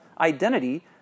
identity